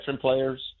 players